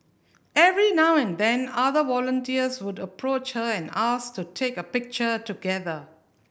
every now and then other volunteers would approach her and ask to take a picture together